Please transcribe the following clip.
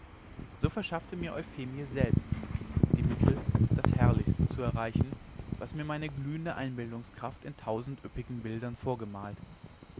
so verschaffte mir euphemie selbst die mittel das herrlichste zu erreichen was mir meine glühende einbildungskraft in tausend üppigen bildern vorgemalt